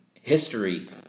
history